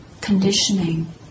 conditioning